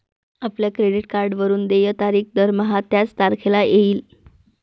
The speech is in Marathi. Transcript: आपल्या क्रेडिट कार्डवरून देय तारीख दरमहा त्याच तारखेला येईल